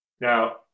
Now